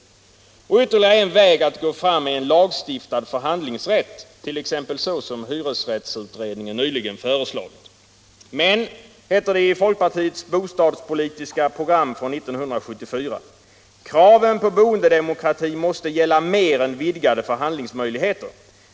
Ytterligare en väg att Allmänpolitisk debatt Allmänpolitisk debatt gå fram är en lagstiftad förhandlingsrätt — t.ex. så som hyresrättsutredningen nyligen föreslagit. Men - heter det i folkpartiets bostadspolitiska program från 1974 — kraven på boendedemokrati måste gälla mera än vidgade förhandlingsmöjligheter.